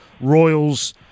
Royals